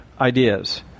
ideas